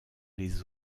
les